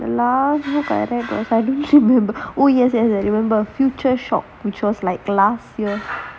the last book I read I don't remember oh yes yes I remember future shock which was like last year